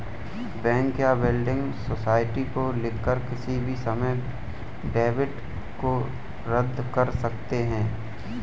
bank या building society को लिखकर किसी भी समय डेबिट को रद्द कर सकते हैं